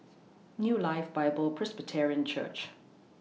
New Life Bible Presbyterian Church